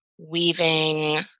weaving